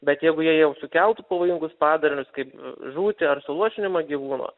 bet jeigu jie jau sukeltų pavojingus padarinius kaip žūtį ar suluošinimą gyvūno